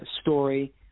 story